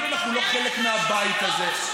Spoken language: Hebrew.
כאילו אנחנו לא חלק מהבית הזה.